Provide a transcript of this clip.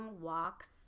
walks